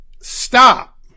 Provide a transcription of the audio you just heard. Stop